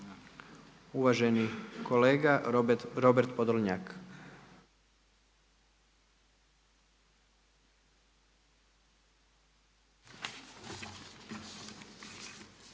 Uvaženi kolega Robert Podolnjak.